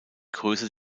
größe